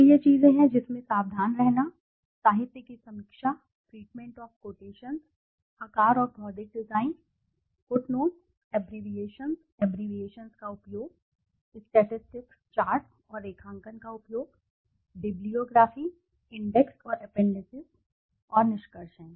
तो ये चीजें हैं जिनमें सावधान रहना साहित्य की समीक्षा treatment of treatment of quotations आकार और भौतिक डिज़ाइन फ़ुटनोट्स अब्बरेविएशन्स अब्बरेविएशन्स का उपयोग statistic chartsस्टेटिस्टिक चार्ट्स और रेखांकन का उपयोग bibliographyबिबलियोग्राफी इंडेक्स और appendicesअप्पेंडिसेस और निष्कर्ष हैं